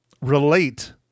relate